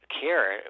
care